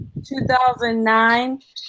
2009